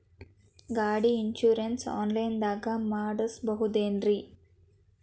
ಗಾಡಿ insurance online ದಾಗ ಮಾಡಸ್ಬಹುದೆನ್ರಿ?